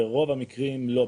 ברוב המקרים לא.